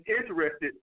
interested